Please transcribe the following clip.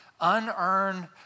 unearned